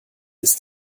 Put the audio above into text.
ist